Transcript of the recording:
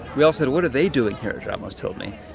we all sort of what are they doing here? ramos told me.